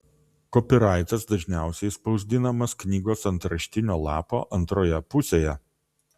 kopiraitas dažniausiai spausdinamas knygos antraštinio lapo antroje pusėje